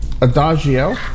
Adagio